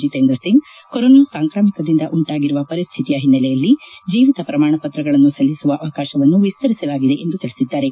Jitendra Singh corona ಸಾಂಕ್ರಾಮಿಕದಿಂದ ಉಂಟಾಗಿರುವ ಪರಿಸ್ಥಿತಿಯ ಹಿನ್ನೆಲೆಯಲ್ಲಿ ಜೀವಿತ ಪ್ರಮಾಣಪತ್ರಗಳನ್ನು ಸಲ್ಲಿಸುವ ಅವಕಾಶವನ್ನು ವಿಸ್ತರಿಸಲಾಗಿದೆ ಎಂದು ತಿಳಿಸಿದ್ದಾರೆ